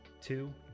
two